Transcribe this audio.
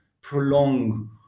prolong